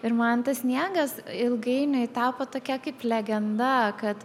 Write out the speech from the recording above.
ir man tas sniegas ilgainiui tapo tokia kaip legenda kad